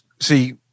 see